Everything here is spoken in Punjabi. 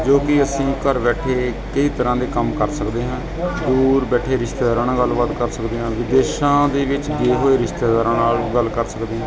ਜੋ ਕਿ ਅਸੀਂ ਘਰ ਬੈਠੇ ਕਈ ਤਰ੍ਹਾਂ ਦੇ ਕੰਮ ਕਰ ਸਕਦੇ ਹਾਂ ਦੂਰ ਬੈਠੇ ਰਿਸ਼ਤੇਦਾਰਾਂ ਨਾਲ ਗੱਲਬਾਤ ਕਰ ਸਕਦੇ ਹਾਂ ਵਿਦੇਸ਼ਾਂ ਦੇ ਵਿੱਚ ਗਏ ਹੋਏ ਰਿਸ਼ਤੇਦਾਰਾਂ ਨਾਲ ਗੱਲ ਕਰ ਸਕਦੇ